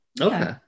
okay